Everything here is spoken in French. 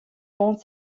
monde